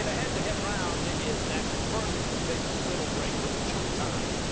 and head-to-head round is next, but first we're going to take a little break, little chill time.